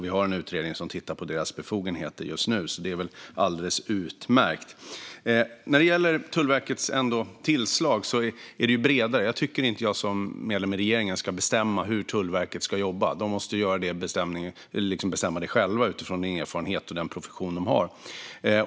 Vi har en utredning som just nu tittar på deras befogenheter. Det är väl alldeles utmärkt. När det gäller Tullverkets tillslag tycker jag inte att jag som medlem av regeringen ska bestämma hur Tullverket ska göra. De måste bestämma det själva utifrån den erfarenhet och profession de har.